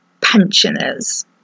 pensioners